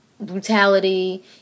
brutality